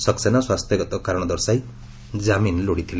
ସକ୍ସେନା ସ୍ୱାସ୍ଥ୍ୟଗତ କାରଣ ଦର୍ଶାଇ କାମିନ ଲୋଡିଥିଲେ